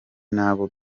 n’abo